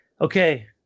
Okay